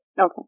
Okay